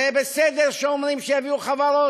זה בסדר שאומרים שיביאו חברות.